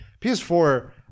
PS4